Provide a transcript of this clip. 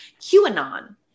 QAnon